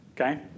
Okay